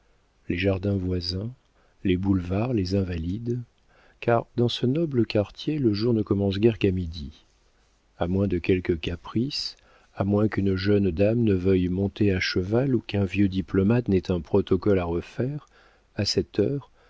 les jardins voisins les boulevards les invalides car dans ce noble quartier le jour ne commence guère qu'à midi a moins de quelque caprice à moins qu'une jeune dame ne veuille monter à cheval ou qu'un vieux diplomate n'ait un protocole à refaire à cette heure